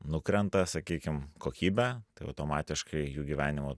nukrenta sakykim kokybė tai automatiškai jų gyvenimo